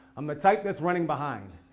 i'm the type that's running behind.